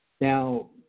Now